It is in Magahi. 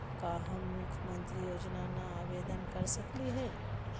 का हम मुख्यमंत्री योजना ला आवेदन कर सकली हई?